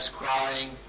crying